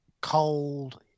cold